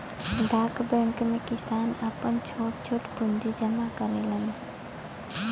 डाक बैंक में किसान आपन छोट छोट पूंजी जमा करलन